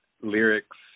lyrics